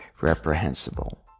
reprehensible